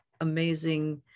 amazing